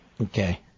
Okay